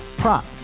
Prop